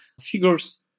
figures